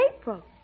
April